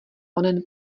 onen